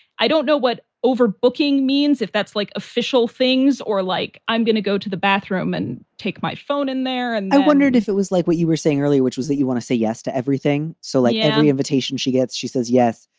i don't know what overbooking means, if that's like official things or like i'm going to go to the bathroom and take my phone in there and i wondered if it was like what you were saying earlier, which was that you want to say yes to everything. so like every invitation she gets, she says yes,